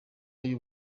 y’u